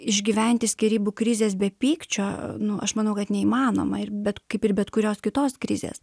išgyventi skyrybų krizės be pykčio nu aš manau kad neįmanoma ir bet kaip ir bet kurios kitos krizės